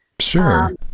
Sure